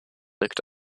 looked